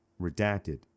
redacted